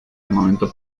armamento